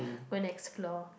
go and explore